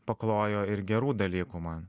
paklojo ir gerų dalykų man